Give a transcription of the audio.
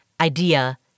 idea